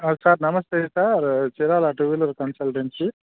sir నమస్తే sir Chirala two wheeler consultancy